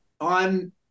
on